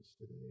today